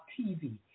TV